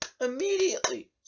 immediately